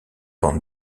bandes